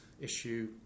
Issue